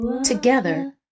Together